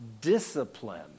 discipline